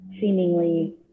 seemingly